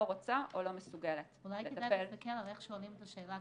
רוצה או לא מסוגלת לטפל -- אולי כדאי להסתכל על איך שואלים את השאלה.